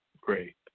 Great